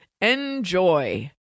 Enjoy